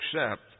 accept